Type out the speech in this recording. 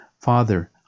Father